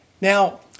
Now